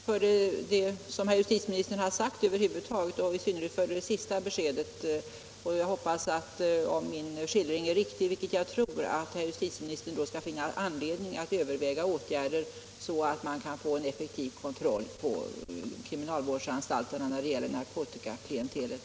Herr talman! Jag är tacksam för vad justitieministern har sagt över huvud taget i detta inlägg och i synnerhet för det senaste beskedet. Om min skildring är riktig — vilket jag tror — hoppas jag att justitieministern nu skall finna anledning att överväga åtgärder, så att man kan få effektiv kontroll på kriminalvårdsanstalterna när det gäller narkotikaklientelet.